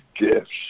gifts